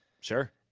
Sure